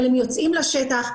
אבל הם יוצאים לשטח,